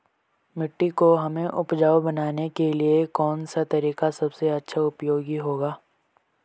मिट्टी को हमें उपजाऊ बनाने के लिए कौन सा तरीका सबसे अच्छा उपयोगी होगा?